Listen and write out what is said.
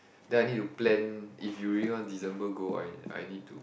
then I need to plan if you really want December go I I need to